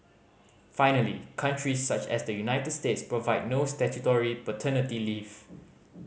finally countries such as the United States provide no statutory paternity leave